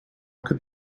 could